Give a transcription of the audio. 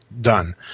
done